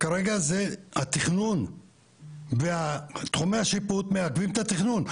כרגע הוא התכנון ותחומי השיפוט אשר מעכבים את התכנון.